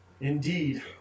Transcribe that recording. Indeed